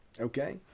okay